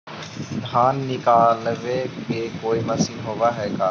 धान निकालबे के कोई मशीन होब है का?